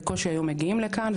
בקושי היו מגיעים לכאן,